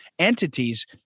Entities